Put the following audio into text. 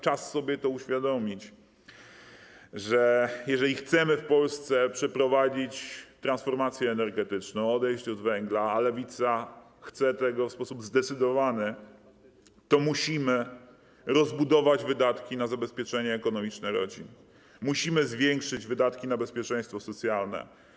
Czas sobie uświadomić, że jeżeli chcemy w Polsce przeprowadzić transformację energetyczną, odejść od węgla, a Lewica chce tego w sposób zdecydowany, to musimy rozbudować wydatki na zabezpieczenie ekonomiczne rodzin, musimy zwiększyć wydatki na bezpieczeństwo socjalne.